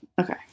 Okay